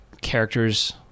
characters